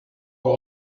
vous